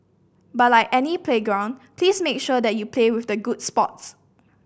but like any playground please make sure that you play with the good sports